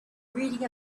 reading